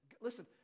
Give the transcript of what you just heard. Listen